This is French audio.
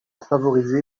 favorisé